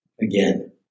Again